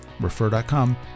refer.com